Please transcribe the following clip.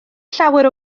llawer